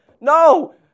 no